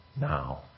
now